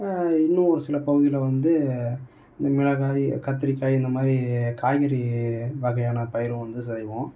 இன்னும் ஒரு சில பகுதியில் வந்து மிளகாய் கத்திரிக்காய் இந்தமாதிரி காய்கறி வகையான பயிரும் வந்து செய்வோம்